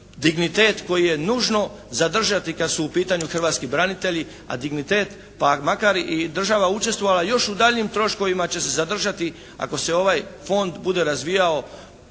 dignitet koji je nužno zadržati kad su u pitanju hrvatski branitelji, a dignitet pa makar i država učestvovala još u daljnjim troškovima će se zadržati ako se ovaj fond bude razvijao